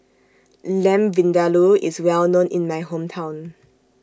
Lamb Vindaloo IS Well known in My Hometown